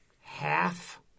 half